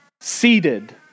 seated